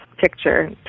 picture